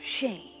shame